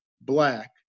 black